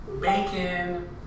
bacon